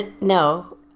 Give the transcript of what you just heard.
no